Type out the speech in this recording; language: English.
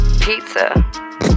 Pizza